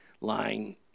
line